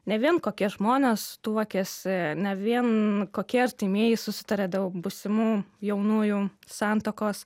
ne vien kokie žmonės tuokiasi ne vien kokie artimieji susitarė dėl būsimų jaunųjų santuokos